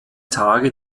tage